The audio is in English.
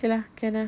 okay lah can ah